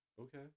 Okay